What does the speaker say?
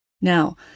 Now